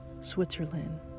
Switzerland